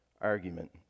argument